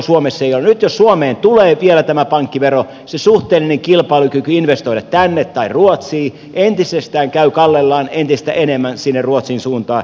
nyt jos suomeen tulee vielä tämä pankkivero se suhteellinen kilpailukyky investoida tänne tai ruotsiin käy kallellaan entistä enemmän sinne ruotsin suuntaan